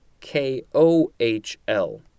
K-O-H-L